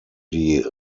die